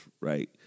Right